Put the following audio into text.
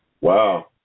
Wow